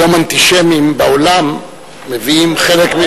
היום אנטישמים בעולם מביאים חלק,